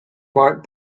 might